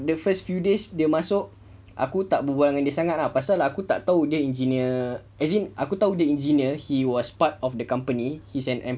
the first few days dia masuk aku tak berbual dengan dia sangat ah pasal aku tak tahu dia engineer as in aku tahu dia engineer he was part of the company is an